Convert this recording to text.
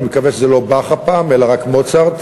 אני מקווה שזה לא באך הפעם אלא רק מוצרט,